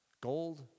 Gold